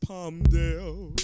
Palmdale